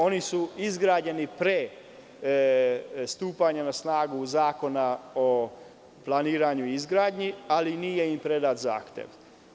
Oni su izgrađeni pre stupanja na snagu zakona o planiranju i izgradnji, ali nije im predat zahtev.